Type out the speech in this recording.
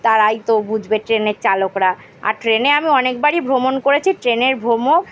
তারাই তো বুঝবে ট্রেনের চালকরা আর ট্রেনে আমি অনেকবারই ভ্রমণ করেছি ট্রেনের ভ্রমণ